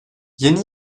yeni